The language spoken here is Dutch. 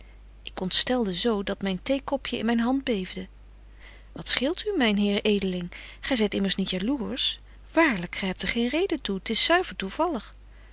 ik ontstelde zo dat myn theekopje in myn hand beefde wat scheelt u myn heer edeling gy zyt immers niet jalours waarlyk gy hebt er geen reden toe t is zuiver